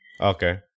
Okay